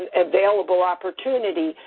available opportunity,